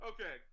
Okay